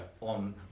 On